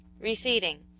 receding